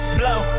blow